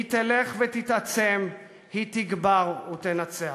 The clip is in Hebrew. היא תלך ותתעצם, היא תגבר ותנצח.